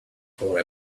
for